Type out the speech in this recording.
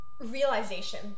realization